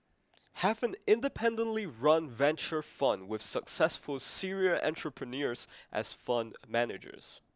have an independently run venture fund with successful serial entrepreneurs as fund managers